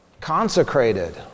consecrated